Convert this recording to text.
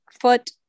foot